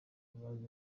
abayobozi